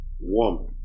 woman